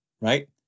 right